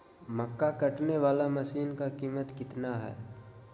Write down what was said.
मक्का कटने बाला मसीन का कीमत कितना है?